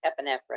epinephrine